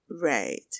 right